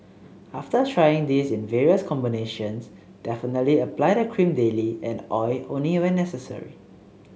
after trying this in various combinations definitely apply the cream daily and oil only when necessary